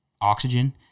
oxygen